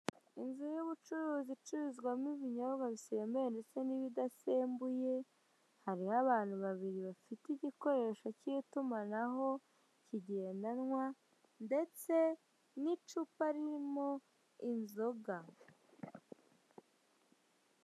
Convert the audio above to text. Inzu y'ubucuruzi icururizwa ibinyobwa bisembuye ndetse n'ibidasembuye hariho abantu babiri bafite igikoresho k'itumanaho kigendanwa ndetse n'icupa ririmo inzoga.